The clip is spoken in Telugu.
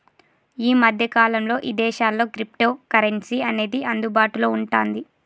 యీ మద్దె కాలంలో ఇదేశాల్లో క్రిప్టోకరెన్సీ అనేది అందుబాటులో వుంటాంది